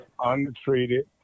untreated